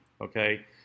Okay